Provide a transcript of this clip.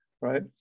right